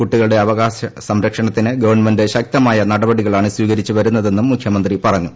കുട്ടികളുടെ അവകാശ സംരക്ഷണത്തിന് ഗവൺമെന്റ് ശക്തമായ നടപടികളാണ് സ്വീകരിച്ചു വരുന്നതെന്നും മുഖ്യമന്ത്രി പറഞ്ഞു